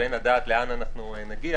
ואין לדעת לאן אנחנו נגיע